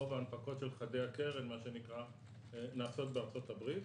רוב ההנפקות של חדי הקרן מה שנקרא נעשות בארצות הברית.